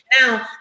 Now